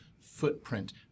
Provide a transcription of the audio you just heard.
footprint